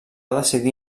decidir